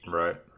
right